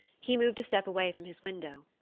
he moved a step away from his window.